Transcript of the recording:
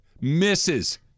misses